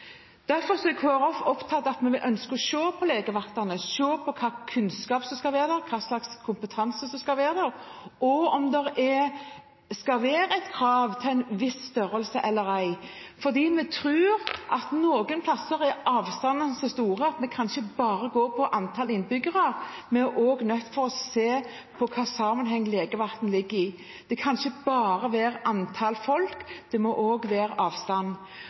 Derfor er Kristelig Folkeparti opptatt av å se på legevaktene, se på hvilken kunnskap som skal være der, hva slags kompetanse som skal være der, og om det skal være krav til en viss størrelse eller ei. For vi tror at noen steder er avstandene så store at det ikke bare kan gå på antall innbyggere, vi er også nødt til å se på hvilken sammenheng legevakten ligger i. Det kan ikke bare være antall folk, det må også være avstand.